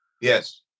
Yes